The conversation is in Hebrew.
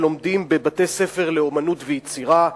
שלומדים בבתי-ספר לאמנות ויצירה,